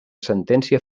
sentència